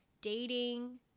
dating